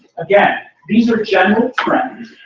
again, these are general trends.